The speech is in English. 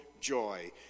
joy